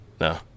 no